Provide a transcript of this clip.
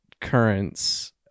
currents